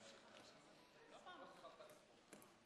בסם אללה א-רחמאן א-רחים.